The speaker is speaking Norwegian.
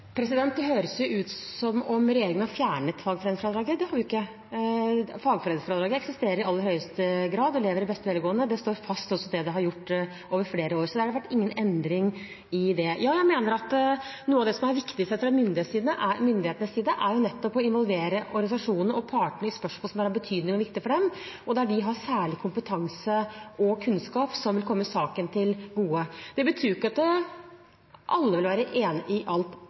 Det høres ut som om regjeringen har fjernet fagforeningsfradraget. Det har vi jo ikke. Fagforeningsfradraget eksisterer i aller høyeste grad, det lever i beste velgående, og det står fast også det vi har gjort over flere år. Så det har ikke vært noen endring i det. Ja, jeg mener at noe av det som er viktig sett fra myndighetenes side, er nettopp å involvere organisasjonene og partene i spørsmål som er av betydning og viktighet for dem, og der de har særlig kompetanse og kunnskap som vil komme saken til gode. Det betyr ikke at alle vil være enig i alt